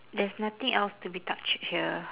there's nothing else to be touched here